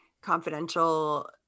confidential